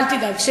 אל תדאג.